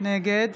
נגד